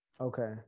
Okay